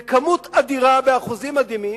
בכמות אדירה, באחוזים מדהימים,